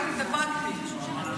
אבל התאפקתי.